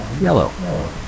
yellow